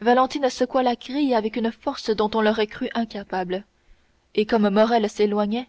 valentine secoua la grille avec une force dont on l'aurait crue incapable et comme morrel s'éloignait